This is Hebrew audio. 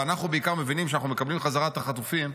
ואנחנו בעיקר מבינים שאנחנו מקבלים חזרה את החטופים,